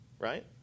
right